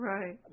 Right